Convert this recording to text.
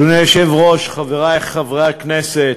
אדוני היושב-ראש, חברי חברי הכנסת,